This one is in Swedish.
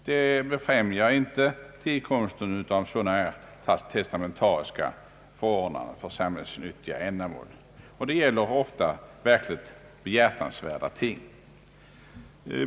Detta befrämjar inte tillkomsten av sådana testamentariska förordnanden för sam hällsnyttiga ändamål, och det gäller ofta verkligt behjärtansvärda ting.